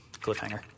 cliffhanger